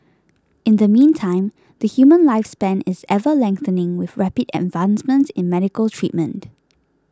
in the meantime the human lifespan is ever lengthening with rapid advancements in medical treatment